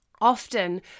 Often